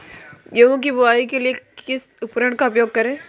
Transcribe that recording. गेहूँ की बुवाई के लिए किस उपकरण का उपयोग करें?